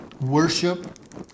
worship